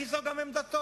כי זו גם עמדתו,